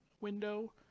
window